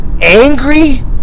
angry